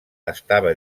estava